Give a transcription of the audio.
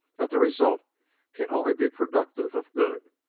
that the result can only be productive of good.